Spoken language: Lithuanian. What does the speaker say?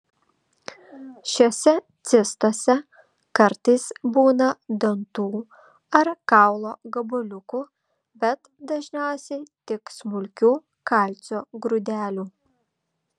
šiose cistose kartais būna dantų ar kaulo gabaliukų bet dažniausiai tik smulkių kalcio grūdelių